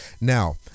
Now